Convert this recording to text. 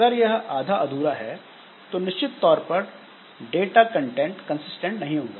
अगर यह आधा अधूरा है तो निश्चित तौर पर डाटा कंटेंट कंसिस्टेंट नहीं होगा